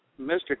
Mr